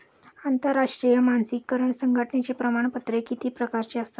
आंतरराष्ट्रीय मानकीकरण संघटनेची प्रमाणपत्रे किती प्रकारची असतात?